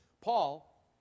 Paul